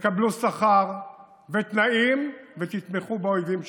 תקבלו שכר ותנאים ותתמכו באויבים שלנו.